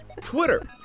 Twitter